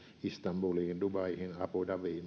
istanbuliin dubaihin abu dhabiin ja dohaan